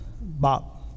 Bob